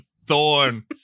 thorn